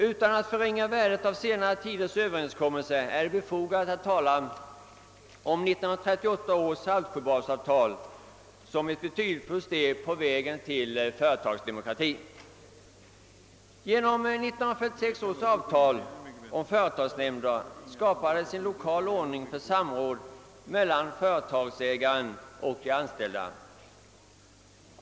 Utan att förringa värdet av senare tiders överenskommelser är det befogat att tala om 1938 års Saltsjöbadsavtal som ett betydelsefullt steg på vägen mot företagsdemokrati. Genom 1946 års avtal om företagsnämnder skapades en lokal ordning för samråd mellan företagsägaren och de anställda.